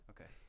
Okay